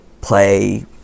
play